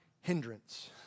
hindrance